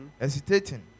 hesitating